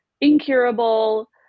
incurable